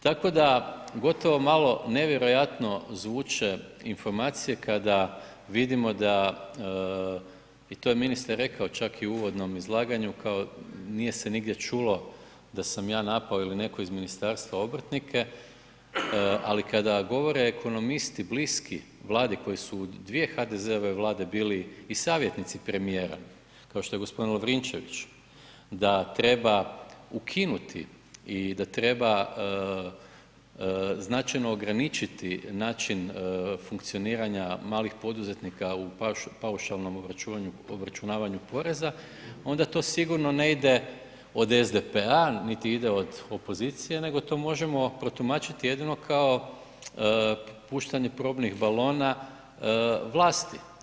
Tako da gotovo malo nevjerojatno zvuče informacije kada vidimo da i to je ministar rekao čak i u uvodnom izlaganju, nije se nigdje čulo da sam ja napao ili netko iz ministarstva obrtnike, ali kada govore ekonomisti bliski Vladi koji su u dvije HDZ-ove bili i savjetnici premijera kao što je gospodin Lovrinčević, da treba ukinuti i da treba značajno ograničiti način funkcioniranja malih poduzetnika u paušalnom obračunavanju poreza onda to sigurno ne ide od SDP-a, niti ide od opozicije, nego to možemo protumačiti jedino kao puštanje probnih balona vlasti.